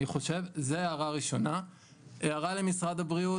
הערה למשרד הבריאות.